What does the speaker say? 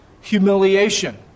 humiliation